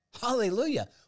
Hallelujah